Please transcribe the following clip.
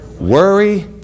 Worry